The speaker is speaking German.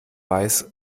weiß